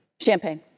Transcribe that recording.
Champagne